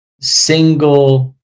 Single